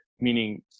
meaning